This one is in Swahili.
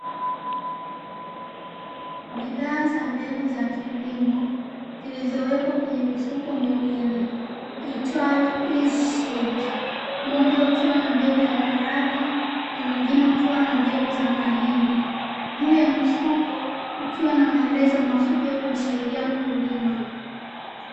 Bidhaa za mbegu za kilimo, zilizowekwa kwenye mifuko miwili, iitwayo EASEED. Mmoja ukiwa na mbegu ya maharage na mwengine ukiwa na mbegu za mahindi. Juu ya mifuko, kukiwa na maelezo mafupi ya kumsaidia mkulima.